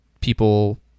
people